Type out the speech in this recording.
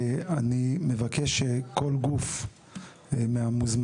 אני מבקש שכל גוף מהמוזמנים,